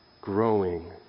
growing